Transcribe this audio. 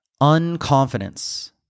unconfidence